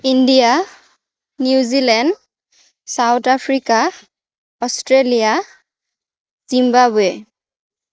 India New Zealand South Africa Australia Zimbabwe